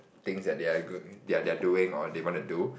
things that they are good in they're they're doing or they wanna do